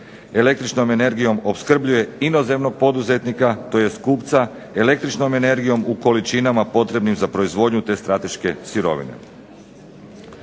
električnom energijom opskrbljuje inozemnog poduzetnika tj. kupca električnom energijom u količinama potrebnim za proizvodnju te strateške sirovine.